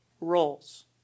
roles